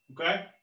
Okay